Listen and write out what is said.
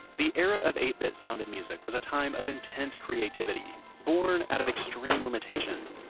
the era of eight bit sound and music was a time of intense creativity born out of extreme limitation.